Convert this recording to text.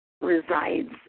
resides